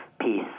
peace